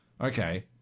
Okay